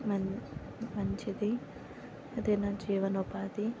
మం మంచిది అదే నా జీవనోపాధి